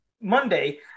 Monday